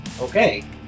Okay